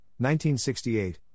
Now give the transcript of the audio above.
1968